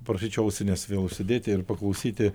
prašyčiau ausines vėl užsidėti ir paklausyti